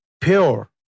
pure